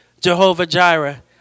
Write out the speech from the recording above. Jehovah-Jireh